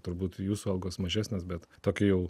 turbūt jūsų algos mažesnės bet tokia jau